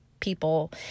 people